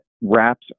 wraps